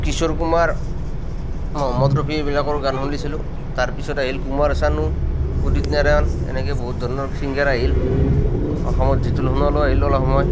কিশোৰ কুমাৰ মহম্মদ ৰফি এইবিলাকৰ গান শুনিছিলোঁ তাৰ পিছত আহিল কুমাৰ চানু উদিত নাৰায়ণ এনেকে বহুত ধৰণৰ ছিংগাৰ আহিল অসমত জিতুল সোনোৱালো আহিল অলপ সময়